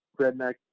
redneck